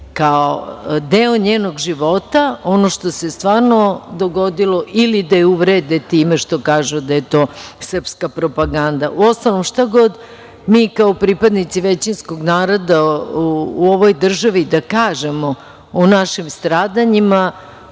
kao deo njenog života, ono što se stvarno dogodilo ili da je uvrede time što kažu da je to srpska propaganda. Uostalom, šta god, mi kao pripadnici većinskog naroda u ovoj državi da kažemo o našim stradanjima,